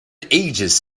ages